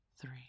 three